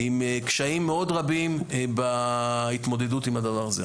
עם קשיים רבים מאוד בהתמודדות עם הדבר הזה.